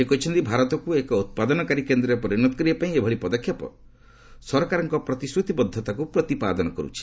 ସେ କହିଛନ୍ତି ଭାରତକୁ ଏକ ଉତ୍ପାଦନକାରୀ କେନ୍ଦ୍ରରେ ପରିଣତ କରିବା ପାଇଁ ଏଭଳି ପଦକ୍ଷେପ ସରକାରଙ୍କ ପ୍ରତିଶ୍ରତିବଦ୍ଧତାକୁ ପ୍ରତିପାଦନ କରୁଛି